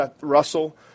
Russell